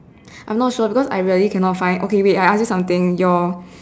I am not sure because I really cannot find okay wait I ask you something your